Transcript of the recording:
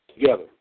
together